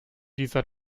dieser